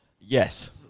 yes